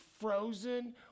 frozen